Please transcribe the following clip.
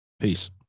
Peace